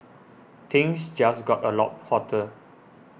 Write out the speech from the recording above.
things just got a lot hotter